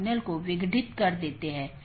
यह कनेक्टिविटी का तरीका है